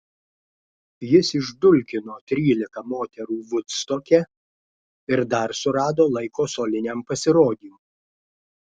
jis išdulkino trylika moterų vudstoke ir dar surado laiko soliniam pasirodymui